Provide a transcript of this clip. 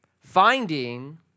Finding